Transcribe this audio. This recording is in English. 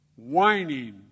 whining